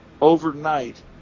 overnight